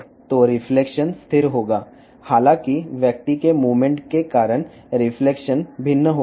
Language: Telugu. అయినప్పటికీ వ్యక్తి యొక్క కదలిక కారణంగా ప్రతిబింబం మారుతుంది